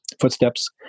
footsteps